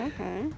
okay